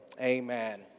Amen